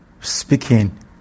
speaking